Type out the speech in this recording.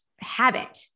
habit